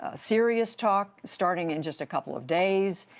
ah serious talk, starting in just a couple of days,